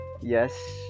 Yes